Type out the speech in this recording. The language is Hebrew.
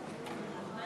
מי